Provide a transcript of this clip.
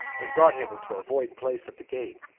and brought him into a void place of the gate,